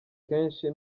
kenshi